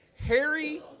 Harry